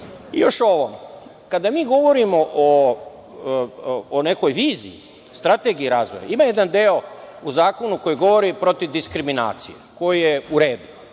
ovo, kada mi govorimo o nekoj viziji, strategiji razvoja, ima jedan deo u zakonu koji govori protiv diskriminacije, koji je u redu.